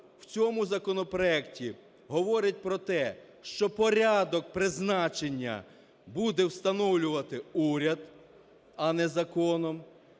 в цьому законопроекті говорить про те, що порядок призначення буде встановлювати уряд, а не законом.